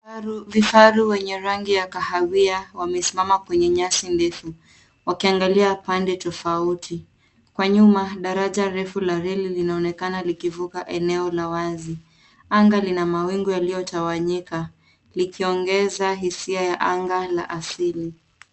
Vifaru wenye rangi ya kahawia, wamesimama kwenye nyasi ndefu, wakiangalia pande tofauti. Kwa nyuma, daraja refu la reli linaonekana likivuka eneo la wazi. Anga lina mawingu yaliyotawanyika, likiongeza hisia ya anga la asili.